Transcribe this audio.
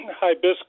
hibiscus